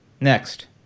next